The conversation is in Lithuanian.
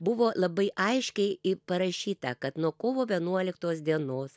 buvo labai aiškiai parašyta kad nuo kovo vienuoliktos dienos